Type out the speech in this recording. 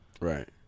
Right